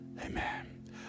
Amen